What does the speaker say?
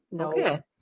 Okay